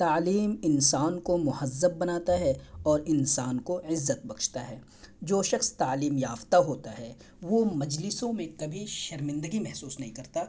تعلیم انسان کو مہذب بناتا ہے اور انسان کو عزت بخشتا ہے جو شخص تعلیم یافتہ ہوتا ہے وہ مجلسوں میں کبھی شرمندگی محسوس نہیں کرتا